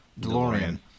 DeLorean